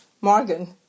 Morgan